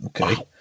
Okay